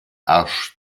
arsch